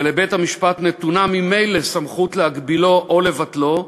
ולבית-המשפט נתונה ממילא סמכות להגבילו או לבטלו,